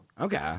Okay